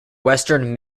western